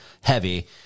heavy